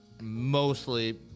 Mostly